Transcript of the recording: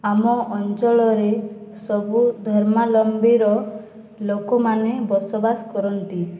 ଆମ ଅଞ୍ଚଳରେ ସବୁ ଧର୍ମାଲମ୍ବିର ଲୋକମାନେ ବସବାସ କରନ୍ତି